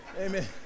Amen